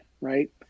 right